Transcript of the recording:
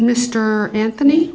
mr anthony